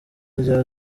rya